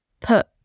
put